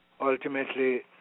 ultimately